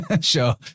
show